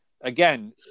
again